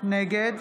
נגד